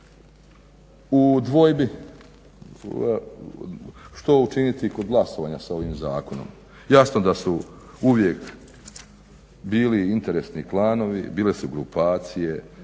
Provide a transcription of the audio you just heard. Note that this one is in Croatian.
u dvojbi što učiniti kod glasovanja s ovim zakonom. Jasno da su uvijek bili interesni klanovi, bile su grupacije,